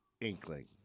inkling